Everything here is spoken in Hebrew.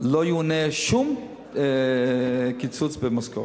לא יאונה שום קיצוץ במשכורת.